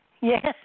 Yes